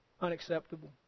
Unacceptable